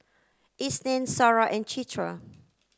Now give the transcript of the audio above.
Isnin Sarah and Citra